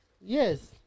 Yes